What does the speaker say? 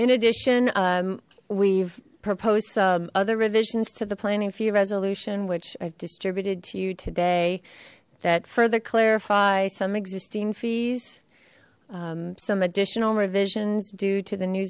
in addition we've proposed some other revisions to the planning fee resolution which i've distributed to you today that further clarify some existing fees some additional revisions due to the new